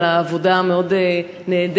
על העבודה הנהדרת,